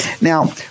Now